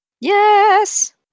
Yes